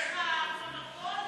בשביל הפרוטוקול?